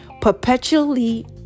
perpetually